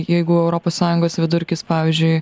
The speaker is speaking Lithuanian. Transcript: jeigu europos sąjungos vidurkis pavyzdžiui